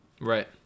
Right